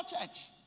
church